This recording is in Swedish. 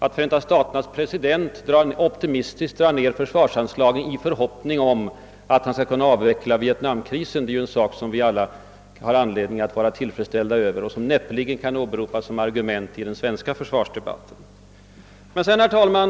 Att Förenta staternas president drar ned försvarsanslagen i förhoppning om att han skall kunna avveckla Vietnamkrisen är en sak som vi alla har anledning att vara tillfredsställda med men som näppeligen kan åberopas som argument i den svenska försvarsdebatten. Herr talman!